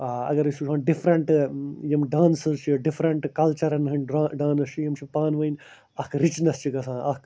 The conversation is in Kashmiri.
آ اگر أسۍ وُچھَۄ ڈِفرَنٹہٕ یِم ڈانٛسٕز چھِ ڈِفرَنٛٹہٕ کَلچَرَن ہٕنٛدۍ ڈا ڈانَس چھِ یِم چھِ پانہٕ وٲنۍ اَکھ رِچنٮ۪س چھِ گژھان اَکھ